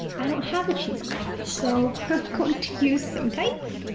i don't have a cheesecloth, so going to use some tights.